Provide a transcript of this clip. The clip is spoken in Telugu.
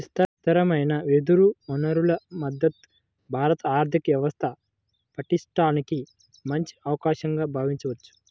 విస్తారమైన వెదురు వనరుల మద్ధతు భారత ఆర్థిక వ్యవస్థ పటిష్టానికి మంచి అవకాశంగా భావించవచ్చు